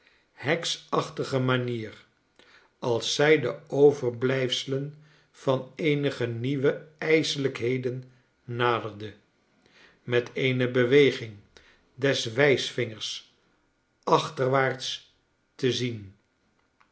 geheimzinnige heksachtige manier als zij de overblijfselen van eenige nieuwe ijselijkheden naderde met eene beweging des wijsvingers achterwaarts te zien